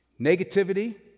Negativity